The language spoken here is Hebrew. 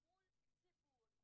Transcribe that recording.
נכון.